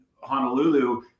Honolulu